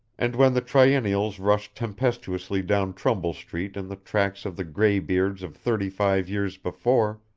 and when the triennials rushed tempestuously down trumbull street in the tracks of the gray-beards of thirty-five years before,